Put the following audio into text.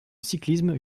cyclisme